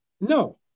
No